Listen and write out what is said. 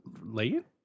late